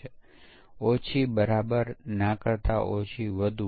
અને આ તે છે જે રીગ્રેસન પરીક્ષણ કરવાનો પ્રયાસ કરે છે